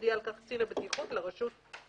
יודיע על כך קצין הבטיחות לרשות בכתב.